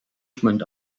movement